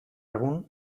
egun